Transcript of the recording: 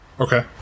okay